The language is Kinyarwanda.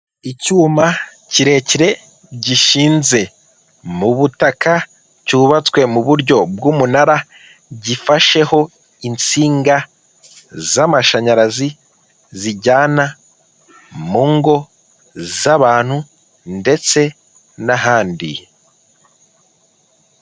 Icyuma kirekire gishinzwe mu butaka cyubatswe mu buryo bw'umunara gifasheho insinga z'amashinyarazi zijyana mu ngo z'abantu ndetse n'ahandi.